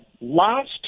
last